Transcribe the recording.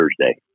Thursday